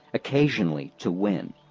occasionally to win.